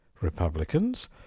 Republicans